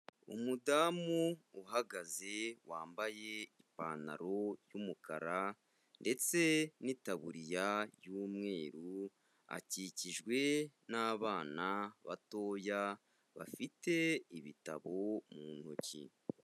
Umudamu uhagaze wambaye ipantaro y'umukara ndetse n'itaburiya y'umweru, akikijwe n'abana batoya bafite ibitabo mu ntoki.